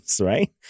right